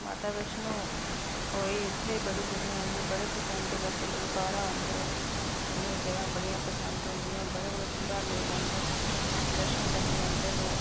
माता वैश्नो होए उत्थै बी बड़ी दुनियां औंदी बड़े पसंद करदे लोक बाह्रा औंदे एह् जगहां बड़ियां पसंद औंदियां बड़े बड़े दूरा लोग औंदे दर्शन करने ईं औंदे लोग